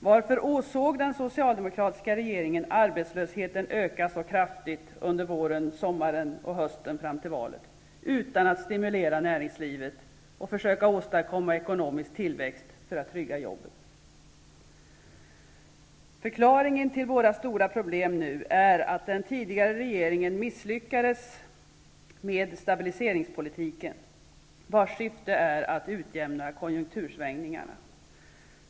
Varför såg den socialdemokratiska regeringen arbetslösheten öka så kraftigt under våren, sommaren och hösten fram till valet utan att stimulera näringslivet och försöka åstadkomma ekonomisk tillväxt för att trygga jobben? Förklaringen till våra stora problem nu är att den tidigare regeringen misslyckades med stabiliseringspolitiken, vars syfte är att utjämna konjunktursvängningarna.